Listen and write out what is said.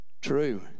true